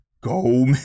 go